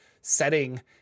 setting